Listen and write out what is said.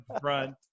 front